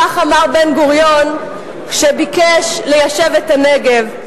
כך אמר בן-גוריון שביקש ליישב את הנגב,